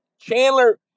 Chandler